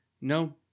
No